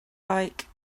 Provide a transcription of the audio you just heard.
like